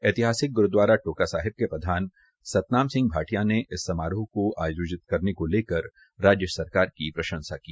ऐतिहासिक ग्रूद्वारा टोका साहिब के प्रधान सतनाम भाटिया ने इस समारोह को आयोजित करने को लेकर राज्य सरकार की प्रंशसा की